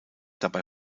dabei